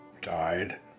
died